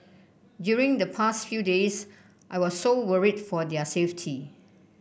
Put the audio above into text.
during the past few days I was so worried for their safety